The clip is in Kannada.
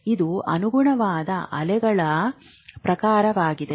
ಇದು ಅನುಗುಣವಾದ ಅಲೆಗಳ ಪ್ರಕಾರವಾಗಿದೆ